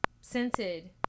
scented